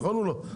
נכון או לא,